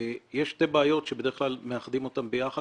יש שתי בעיות שבדרך כלל מאחדים אותן ביחד